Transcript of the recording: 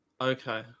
Okay